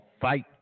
Fight